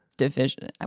division